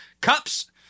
cups